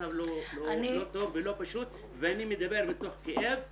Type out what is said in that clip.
המצב לא טוב ולא פשוט ואני מדבר מתוך כאב ומהלב,